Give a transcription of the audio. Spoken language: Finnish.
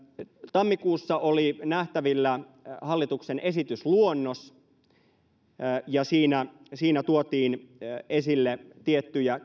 tammikuussa oli nähtävillä hallituksen esitysluonnos siinä siinä tuotiin esille tiettyjä